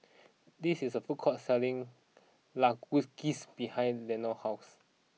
this is a food court selling Kalguksu behind Leonor's house